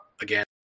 again